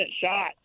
shot